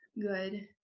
good